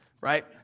right